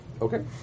okay